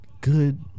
Good